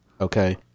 Okay